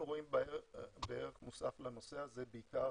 אנחנו רואים ערך מוסף לנושא הזה בעיקר